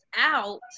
out